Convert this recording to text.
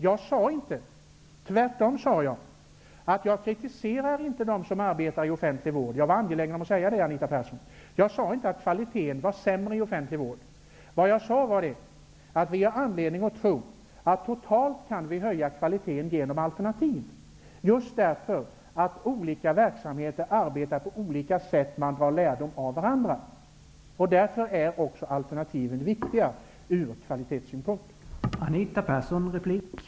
Jag sade att jag inte kritiserar dem som arbetar i offentlig vård -- jag var angelägen om att säga det. Jag sade inte att kvaliteten är sämre i offentlig vård. Vad jag sade var att vi har anledning att tro att vi totalt kan öka kvaliteten genom alternativ, just därför att olika verksamheter arbetar på olika sätt; man drar lärdom av varandra. Därför är alternativen viktiga ur kvalitetssynpunkt.